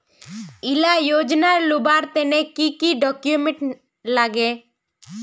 इला योजनार लुबार तने की की डॉक्यूमेंट लगे?